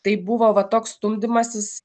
tai buvo va toks stumdymasis